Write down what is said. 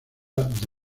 the